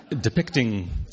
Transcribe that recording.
Depicting